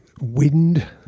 wind